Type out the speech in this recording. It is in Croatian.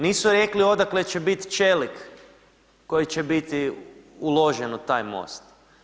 Nisu rekli odakle će biti čelik koji će biti uložen u taj most.